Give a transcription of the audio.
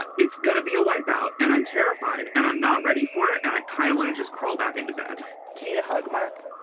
and it's gonna be a wipe out and i'm terrified and i'm not ready for it and i kind of want to just crawl back into bed to hug mark.